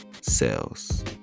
cells